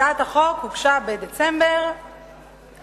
הצעת החוק הוגשה בדצמבר 2009,